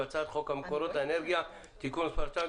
בהצעת חוק מקורות האנרגיה (תיקון מס' 2),